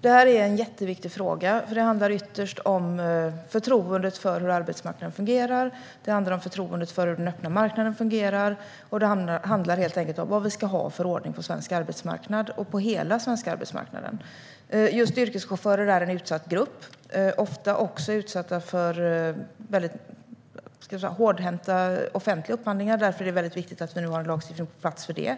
Detta är en jätteviktig fråga. Det handlar ytterst om förtroendet för hur arbetsmarknaden fungerar, hur den öppna marknaden fungerar och om vad vi ska ha för ordning på hela den svenska arbetsmarknaden. Just yrkeschaufförer är en utsatt grupp. Ofta är de också utsatta för väldigt hårdhänta offentliga upphandlingar. Därför är det väldigt viktigt att vi nu har en lagstiftning som gäller det.